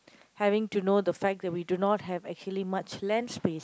having to know the fact that we do not have actually much land space